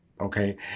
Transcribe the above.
Okay